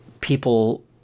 people